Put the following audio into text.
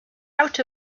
out